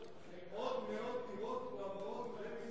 עוד מאות דירות מועברות לידי